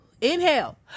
Inhale